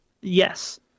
Yes